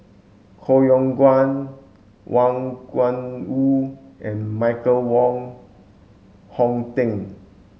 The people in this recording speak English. Koh Yong Guan Wang Gungwu and Michael Wong Hong Teng